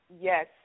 Yes